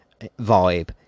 vibe